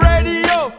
Radio